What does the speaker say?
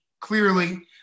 Clearly